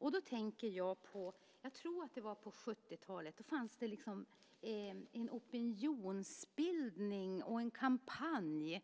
Jag tänker på 70-talet då det fanns en opinionsbildning och en kampanj